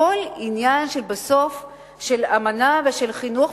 הכול עניין של אמנה ושל חינוך,